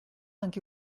anche